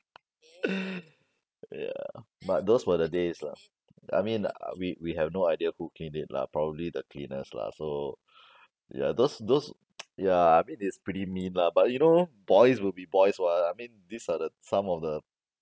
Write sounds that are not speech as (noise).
(laughs) ya but those were the days lah I mean uh we we have no idea who cleaned it lah probably the cleaners lah so ya those those (noise) ya I mean it's pretty mean lah but you know boys will be boys [what] I mean these are the some of the